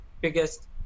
biggest